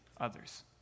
others